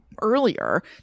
earlier